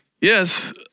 Yes